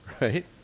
right